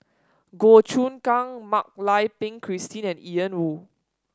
Goh Choon Kang Mak Lai Peng Christine and Ian Woo